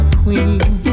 queen